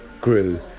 grew